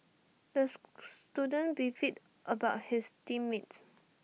those student beefed about his team mates